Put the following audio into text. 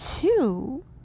two